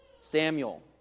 Samuel